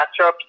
matchups